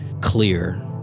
clear